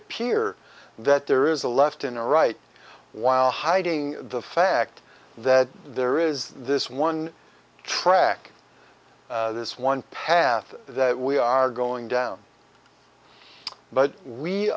appear that there is a left and right while hiding the fact that there is this one track this one path that we are going down but we